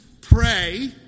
Pray